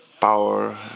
power